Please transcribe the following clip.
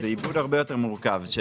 הרבה יותר מורכב.